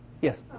Yes